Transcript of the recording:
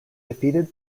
defeated